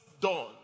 done